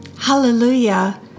Hallelujah